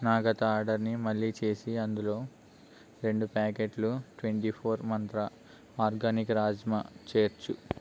నా గత ఆర్డర్ని మళ్ళీ చేసి అందులో రెండు ప్యాకెట్లు twenty four Mantra organic rajma చేర్చు